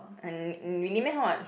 and really meh how much